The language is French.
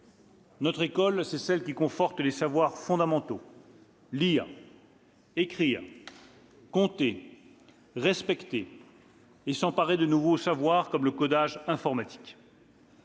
Notre école, c'est celle qui conforte les savoirs fondamentaux- lire, écrire, compter, respecter autrui -et s'emparer de nouveaux savoirs, comme le codage informatique.